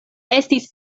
estis